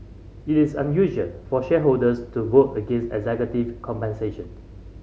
it is unusual for shareholders to vote against executive compensation